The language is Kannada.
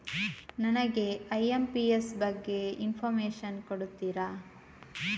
ನನಗೆ ಐ.ಎಂ.ಪಿ.ಎಸ್ ಬಗ್ಗೆ ಇನ್ಫೋರ್ಮೇಷನ್ ಕೊಡುತ್ತೀರಾ?